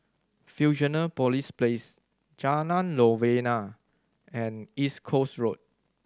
Fusionopolis Place Jalan Novena and East Coast Road